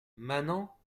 manants